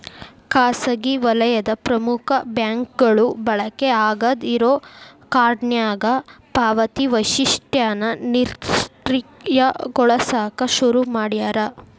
ಖಾಸಗಿ ವಲಯದ ಪ್ರಮುಖ ಬ್ಯಾಂಕ್ಗಳು ಬಳಕೆ ಆಗಾದ್ ಇರೋ ಕಾರ್ಡ್ನ್ಯಾಗ ಪಾವತಿ ವೈಶಿಷ್ಟ್ಯನ ನಿಷ್ಕ್ರಿಯಗೊಳಸಕ ಶುರು ಮಾಡ್ಯಾರ